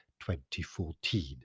2014